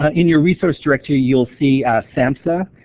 ah in your resource directory you will see a samsa,